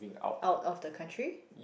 out of the country